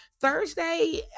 Thursday